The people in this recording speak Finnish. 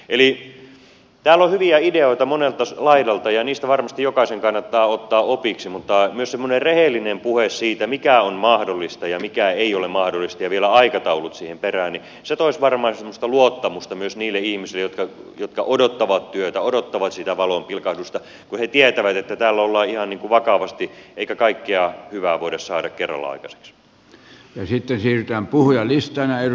eli täällä on hyviä ideoita monelta laidalta ja niistä varmasti jokaisen kannattaa ottaa opiksi mutta myös semmoinen rehellinen puhe siitä mikä on mahdollista ja mikä ei ole mahdollista ja vielä aikataulut siihen perään toisi varmaan luottamusta myös niille ihmisille jotka odottavat työtä odottavat sitä valonpilkahdusta kun he tietäisivät että täällä on ollaan ihan niin kuin vakavasti eikä kaikkea hyvää voida saada kerralla aikaiseksi